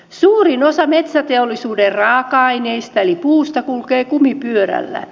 suurin osa metsäteollisuuden raaka aineista eli puusta kulkee kumipyörällä